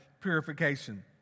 purification